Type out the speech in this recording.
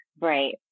Right